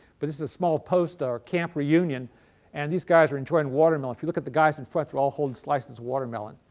but this is a small post or camp reunion and these guys are enjoying watermelon. if you look at the guys in front, they are all holding slices watermelon.